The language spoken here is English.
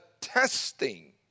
testing